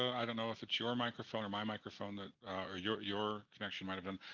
i don't know if it's your microphone or my microphone that or your your connection might have been.